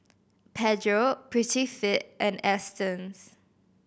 Pedro Prettyfit and Astons